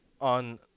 on